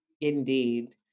Indeed